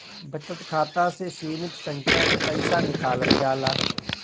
बचत खाता से सीमित संख्या में पईसा निकालल जाला